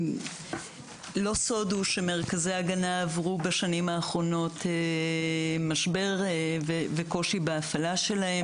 לא סוד הוא שמרכזי ההגנה עברו בשנים האחרונות משבר וקושי בהפעלה שלהם,